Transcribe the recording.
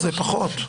זה פחות.